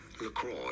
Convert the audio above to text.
LaCroix